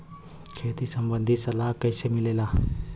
खेती संबंधित सलाह कैसे मिलेला?